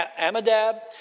Amadab